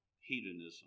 hedonism